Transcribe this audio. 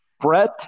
Brett